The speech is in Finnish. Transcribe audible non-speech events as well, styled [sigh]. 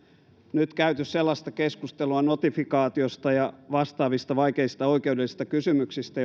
nyt käyty sellaista keskustelua notifikaatiosta ja vastaavista vaikeista oikeudellisista kysymyksistä [unintelligible]